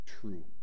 true